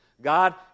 God